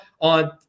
on